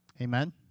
Amen